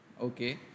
Okay